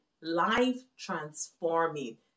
life-transforming